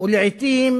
ולעתים